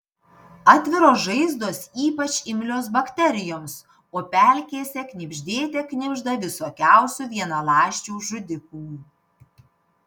atviros žaizdos ypač imlios bakterijoms o pelkėse knibždėte knibžda visokiausių vienaląsčių žudikų